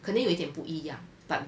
肯定有点不一样 but